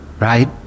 Right